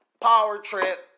power-trip